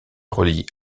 relie